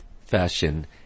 fashion